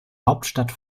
hauptstadt